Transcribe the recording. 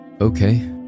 Okay